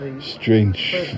strange